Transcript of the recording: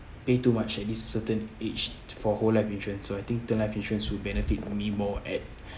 pay too much at this certain age for whole life insurance so I think term life insurance would benefit me more at